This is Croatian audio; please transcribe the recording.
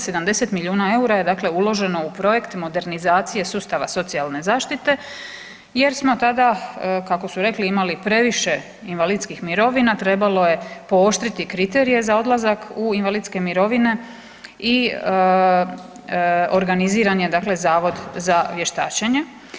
70 milijuna eura je dakle uloženo u projekt modernizacije sustava socijalne zaštite, jer smo tada kako su rekli imali previše invalidskih mirovina, trebalo je pooštriti kriterije za odlazak u invalidske mirovine i organiziran je dakle Zavod za vještačenje.